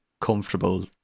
comfortable